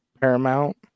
Paramount